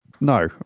No